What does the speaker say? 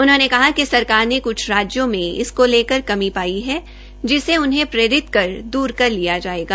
उन्होंने कहा कि सरकार ने कुछ राज्यों में इस को लेकर कमी पाई है जिसे उनहें प्रेरित कर दूर कर लिया जायेगा